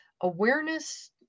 awareness